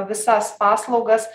visas paslaugas